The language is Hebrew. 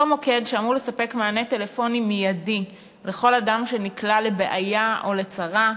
אותו מוקד שאמור לספק מענה טלפוני מיידי לכל אדם שנקלע לבעיה או לצרה,